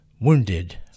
wounded